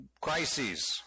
crises